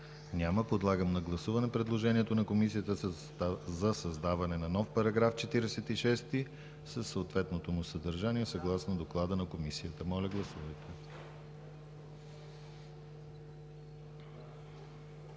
Няма. Подлагам на гласуване предложението на Комисията за създаване на нов § 46 със съответното му съдържание, съгласно доклада на Комисията. Моля, гласувайте.